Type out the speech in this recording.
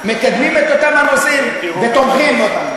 מקדמים את אותם נושאים ותומכים אותם.